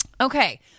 Okay